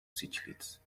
cichlids